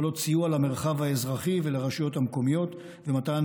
יכולות סיוע למרחב האזרחי ולרשויות המקומיות ומתן